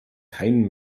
kein